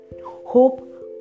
Hope